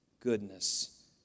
goodness